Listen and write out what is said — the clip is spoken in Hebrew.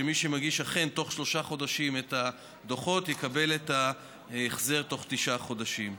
שמי שאכן מגיש את הדוחות בתוך שלושה חודשים,